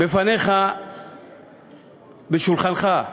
בפניך ועל שולחנך,